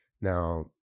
Now